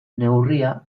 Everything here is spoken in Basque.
neurria